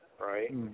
right